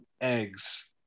eggs